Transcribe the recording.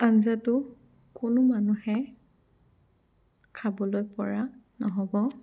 আঞ্জাটো কোনো মনুহে খাবলৈ পৰা নহ'ব